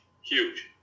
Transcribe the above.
Huge